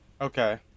Okay